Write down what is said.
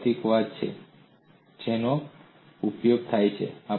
તે પ્રતીકવાદ છે જેનો ઉપયોગ થાય છે